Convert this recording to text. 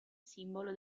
simbolo